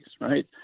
right